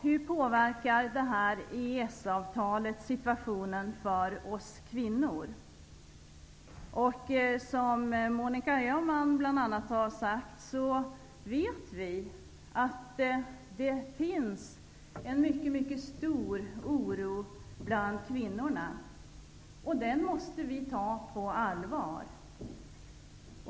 Hur påverkar EES-avtalet situationen för oss kvinnor? Som bl.a. Monica Öhman har sagt vet vi att det finns en mycket stor oro bland kvinnorna. Den måste vi ta på allvar.